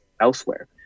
elsewhere